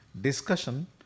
discussion